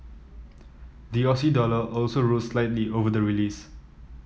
the Aussie dollar also rose slightly over the release